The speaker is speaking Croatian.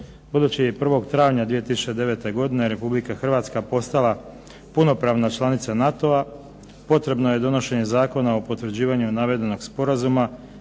Budući je 1. travnja 2009. godine Republika Hrvatska postala punopravna članica NATO-a, potrebno je donošenje Zakona o potvrđivanju navedenog sporazuma